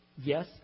Yes